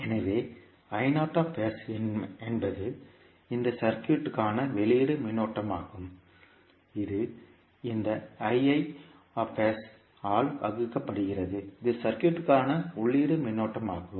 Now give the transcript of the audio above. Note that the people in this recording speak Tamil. எனவே என்பது இந்த சர்க்யூட் க்கான வெளியீட்டு மின்னோட்டமாகும் இது இந்த ஆல் வகுக்கப்படுகிறது இது சர்க்யூட்க்கான உள்ளீட்டு மின்னோட்டமாகும்